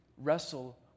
wrestle